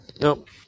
Nope